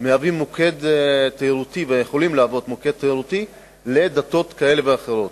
מהווים מוקד תיירותי או יכולים להוות מוקד תיירותי לדתות כאלה ואחרות.